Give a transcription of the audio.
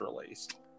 released